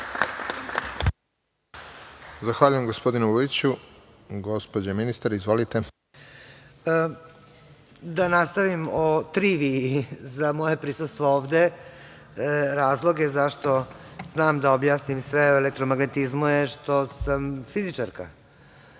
Zahvaljujem gospodine Vujiću. Gospođa ministar, izvolite. **Gordana Čomić** Da nastavim o triviji za moje prisustvo ovde razlog je zašto znam da objasnim sve o elektromagnetizmu, ne što sam fizičarka,